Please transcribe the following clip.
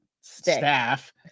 staff